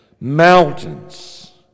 mountains